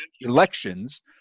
elections